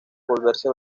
volverse